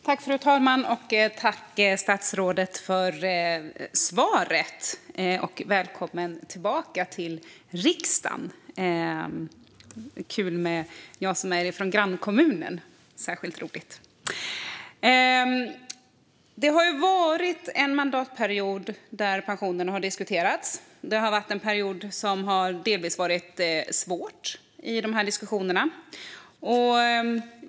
Fru talman! Tack för svaret, statsrådet! Och välkommen tillbaka till riksdagen! Jag som kommer från grannkommunen tycker att det är särskilt roligt. Det har varit en mandatperiod där pensionerna har diskuterats och en period där de här diskussionerna delvis har varit svåra.